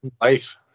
life